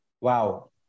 Wow